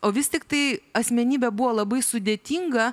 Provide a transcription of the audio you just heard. o vis tiktai asmenybė buvo labai sudėtinga